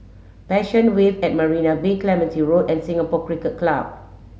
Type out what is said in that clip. Passion Wave at Marina Bay Clementi Road and Singapore Cricket Club